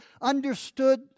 understood